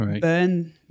burn